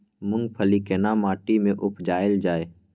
मूंगफली केना माटी में उपजायल जाय?